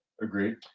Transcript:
Agreed